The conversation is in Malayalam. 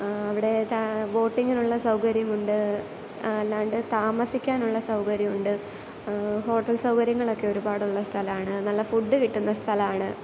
അവിടെ ത ബോട്ടിങ്ങിനുള്ള സൗകര്യമുണ്ട് അല്ലാണ്ട് താമസിക്കാനുള്ള സൗകര്യമുണ്ട് ഹോട്ടൽ സൗകര്യങ്ങളൊക്കെ ഒരുപാടുള്ള സ്ഥലമാണ് നല്ല ഫുഡ് കിട്ടുന്ന സ്ഥലമാണ്